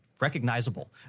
recognizable